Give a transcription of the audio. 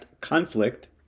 conflict